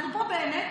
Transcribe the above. אנחנו פה באמת,